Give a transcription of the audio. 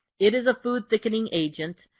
it is a food thickening agent.